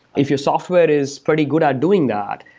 if your software is pretty good at doing that,